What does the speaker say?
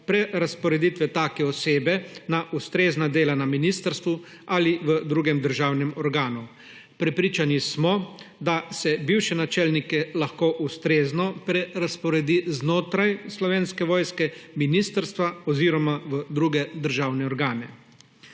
prerazporeditve take osebe na ustrezna dela na ministrstvu ali v drugem državnem organu. Prepričani smo, da se bivše načelnike lahko ustrezno prerazporedi znotraj Slovenske vojske, ministrstva oziroma v druge državne organe.